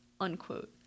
unquote